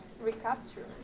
recapture